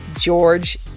George